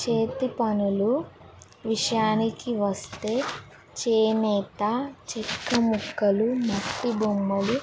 చేతి పనులు విషయానికి వస్తే చేనేత చెక్క ముక్కలు మట్టి బొమ్మలు